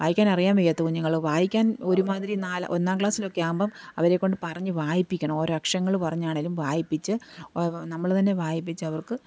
വായിക്കാൻ അറിയാൻ വയ്യാത്ത കുഞ്ഞുങ്ങള് വായിക്കാൻ ഒരുമാതിരി നാല് ഒന്നാം ക്ലസ്സിലൊക്കെ ആവുമ്പോള് അവരെക്കൊണ്ട് പറഞ്ഞ് വായിപ്പിക്കണം ഓരോ അക്ഷരങ്ങള് പറഞ്ഞാണെങ്കിലും വായിപ്പിച്ച് നമ്മള് തന്നെ വായിപ്പിച്ചവർക്ക്